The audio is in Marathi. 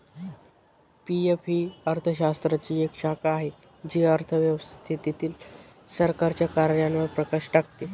पी.एफ ही अर्थशास्त्राची एक शाखा आहे जी अर्थव्यवस्थेतील सरकारच्या कार्यांवर प्रकाश टाकते